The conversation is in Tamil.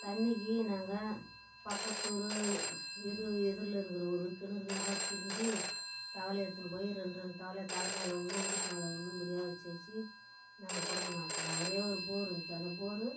தண்ணிக்கு நாங்கள் பக்கத்து ஊர் எது எதிரில் இருக்கிற ஊர் கிணறு கிணறாக திரிஞ்சு தவலையை எடுத்துன்னு போய் ரெண்டு ரெண்டு தவலையாக தலை மேலே ஒன்று இடுப்பு மேலே ஒன்று இப்படியா வச்சு வச்சு நாங்கள் குடும்பம் நடத்தினோம் ஒரே ஒரு போரு இருக்குது அந்த போரு